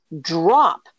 drop